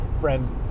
friends